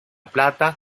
plata